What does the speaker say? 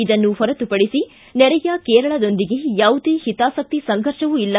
ಇದನ್ನು ಹೊರತುಪಡಿಸಿ ನೆರೆಯ ಕೇರಳದೊಂದಿಗೆ ಯಾವುದೇ ಹಿತಾಸಕ್ತಿ ಸಂಫರ್ಷವೂ ಇಲ್ಲ